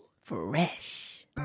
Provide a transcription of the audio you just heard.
fresh